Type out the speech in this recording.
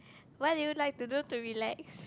what do you like to do to relax